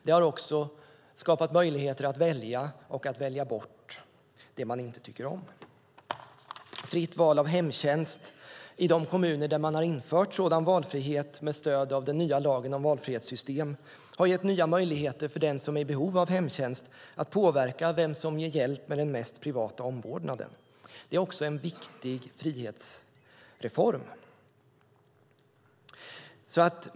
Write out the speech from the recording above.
Det har också skapat möjligheter att välja och att välja bort det man inte tycker om. I de kommuner där man har infört fritt val av hemtjänst med stöd av den nya lagen om valfrihetssystem har det gett nya möjligheter för den som är i behov av hemtjänst att påverka vem som ger hjälp med den mest privata omvårdnaden. Det är också en viktig frihetsreform.